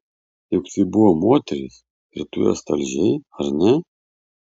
juk tai buvo moterys ir tu jas talžei ar ne